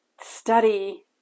study